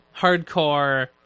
hardcore